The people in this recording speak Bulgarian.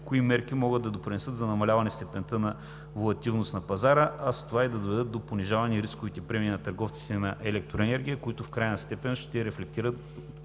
Кои мерки могат да допринесат за намаляване степента на регулативност на пазара, а с това и да доведат до понижаване рисковите премии на търговците на електроенергия, които в крайна сметка ще рефлектират